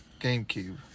GameCube